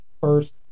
first